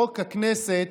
חוק הכנסת,